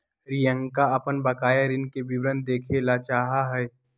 रियंका अपन बकाया ऋण के विवरण देखे ला चाहा हई